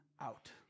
out